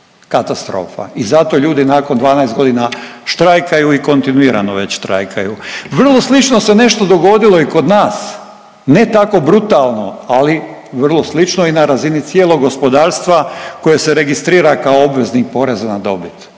I zato ljudi nakon 12 godina štrajkaju i kontinuirano već štrajkaju. Vrlo slično se nešto dogodilo i kod nas. Ne tako brutalno, ali vrlo slično i na razini cijelog gospodarstva koji se registrira kao obveznik Poreza na dobit.